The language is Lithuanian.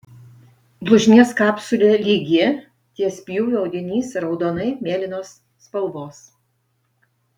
blužnies kapsulė lygi ties pjūviu audinys raudonai mėlynos spalvos